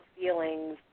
feelings